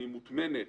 והיא מוטמנת